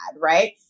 right